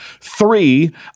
Three